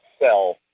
sell